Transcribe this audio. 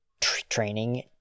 training